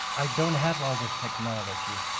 i don't have all this technology.